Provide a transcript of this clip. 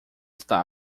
está